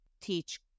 teach